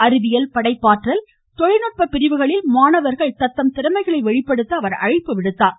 அறிவியல் படைப்பாற்றல் தொழில்நுட்ப பிரிவுகளில் மாணவர்கள் தங்களது திறமைகளை வெளிப்படுத்த அவர் அழைப்பு விடுத்தார்